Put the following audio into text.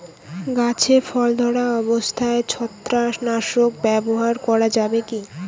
গাছে ফল ধরা অবস্থায় ছত্রাকনাশক ব্যবহার করা যাবে কী?